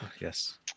yes